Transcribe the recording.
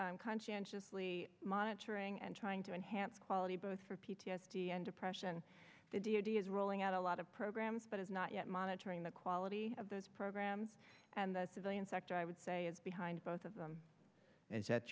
conscientiously monitoring and trying to enhance quality both for p t s d and depression the deity is rolling out a lot of programs but it's not yet monitoring the quality of those programs and the civilian sector i would say is behind both of them is that